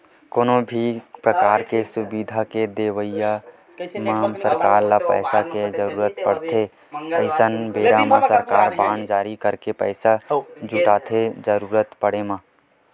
कोनो भी परकार के सुबिधा के देवई म सरकार ल पइसा के जरुरत पड़थे अइसन बेरा म सरकार बांड जारी करके पइसा जुटाथे जरुरत पड़े म